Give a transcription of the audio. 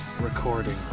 recording